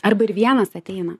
arba ir vienas ateina